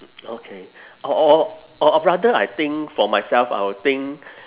okay or or or or rather I think for myself I'll think